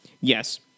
Yes